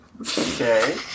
Okay